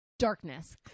Darkness